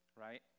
right